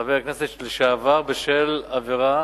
ולחבר הכנסת לשעבר בשל עבירה